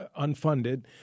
unfunded